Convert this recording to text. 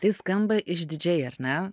tai skamba išdidžiai ar ne